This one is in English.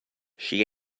she